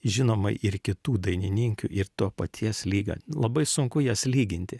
žinoma ir kitų dainininkių ir to paties lygio labai sunku jas lyginti